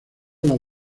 las